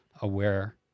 aware